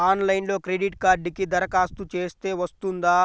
ఆన్లైన్లో క్రెడిట్ కార్డ్కి దరఖాస్తు చేస్తే వస్తుందా?